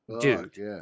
dude